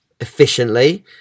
efficiently